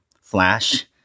Flash